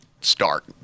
start